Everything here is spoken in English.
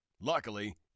Luckily